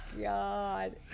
God